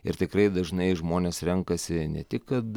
ir tikrai dažnai žmonės renkasi ne tik kad